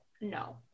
no